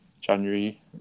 January